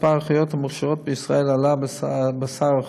מספר האחיות המוכשרות בישראל עלה בעשור